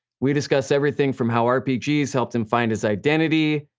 we discuss everything from how rpgs helped him find his identity,